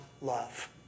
love